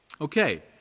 Okay